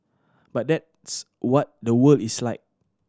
but that's what the world is like